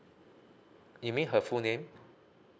it mean her full name